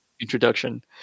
introduction